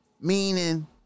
Meaning